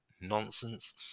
nonsense